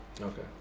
Okay